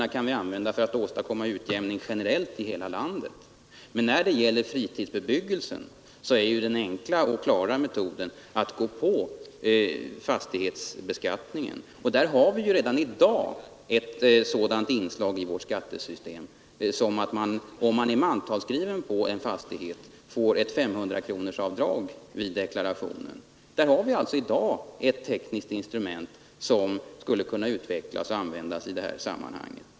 Dem kan vi använda för att åstadkomma utjämning generellt i hela landet, men när det gäller fritidsbebyggelse är den enkla och klara metoden att gå på fastighetsbeskattningen. Redan i dag finns ett sådant inslag i vårt skattesystem: om man är mantalsskriven på en fastighet får man i deklarationen göra ett avdrag på 500 kronor. Där har vi alltså redan ett tekniskt instrument som skulle kunna utvecklas och användas i detta sammanhang.